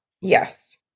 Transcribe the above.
Yes